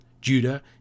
Judah